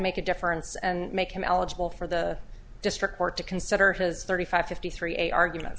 make a difference and make him eligible for the district court to consider his thirty five fifty three arguments